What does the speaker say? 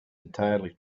entirely